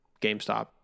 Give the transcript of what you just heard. GameStop